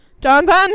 Johnson